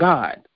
God